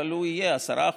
אבל הוא יהיה 10%,